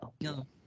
No